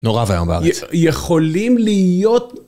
נורא ואיום בארץ. יכולים להיות...